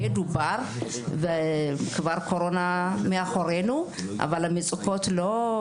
דובר וכבר קורונה מאחורינו אבל המצוקות לא.